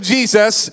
Jesus